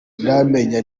ndamenya